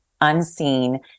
unseen